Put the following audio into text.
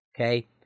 okay